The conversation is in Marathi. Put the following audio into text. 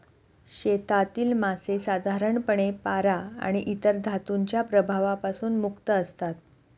शेतातील मासे साधारणपणे पारा आणि इतर धातूंच्या प्रभावापासून मुक्त असतात